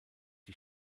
die